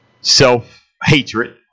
self-hatred